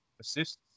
assists